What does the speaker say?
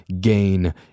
gain